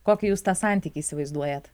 kokį jūs tą santykį įsivaizduojate